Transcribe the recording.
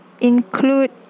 include